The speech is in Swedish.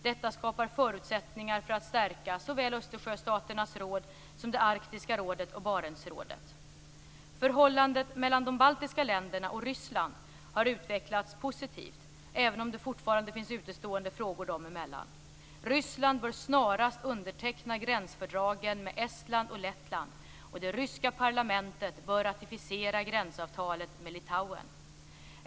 Detta skapar förutsättningar för att stärka såväl Östersjöstaternas råd som det arktiska rådet och Barentsrådet. Ryssland har utvecklats positivt, även om det fortfarande finns utestående frågor dem emellan. Ryssland bör snarast underteckna gränsfördragen med Estland och Lettland, och det ryska parlamentet bör ratificera gränsavtalet med Litauen.